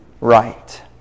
right